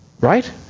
right